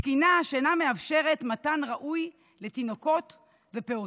תקינה שאינה מאפשרת מתן מענה ראוי לתינוקות ולפעוטות.